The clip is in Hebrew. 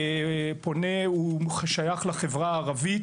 הוא שייך לחברה הערבית.